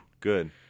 Good